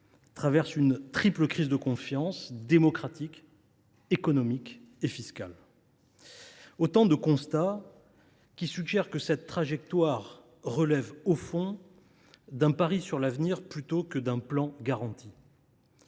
traverse une triple crise de confiance : démocratique, économique et fiscale. Ces constats suggèrent que la trajectoire proposée relève, au fond, d’un pari sur l’avenir plutôt que d’un plan garanti.